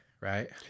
right